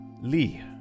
Lee